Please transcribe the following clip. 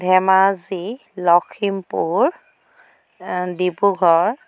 Dhemaji Lakhimpur Dibrugarh